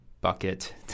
Bucket